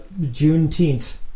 Juneteenth